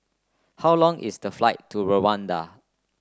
how long is the flight to Rwanda